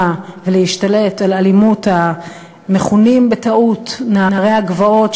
ולהשתלט על אלימות המכונים בטעות "נערי הגבעות",